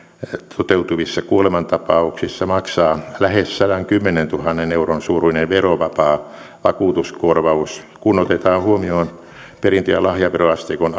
toteutuvissa kuolemantapauksissa maksaa lähes sadankymmenentuhannen euron suuruinen verovapaa vakuutuskorvaus kun otetaan huomioon perintö ja lahjaveroasteikon